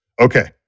Okay